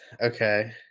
okay